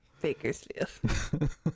bakersfield